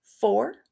four